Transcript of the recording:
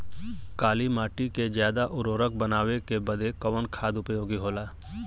काली माटी के ज्यादा उर्वरक बनावे के बदे कवन खाद उपयोगी होला?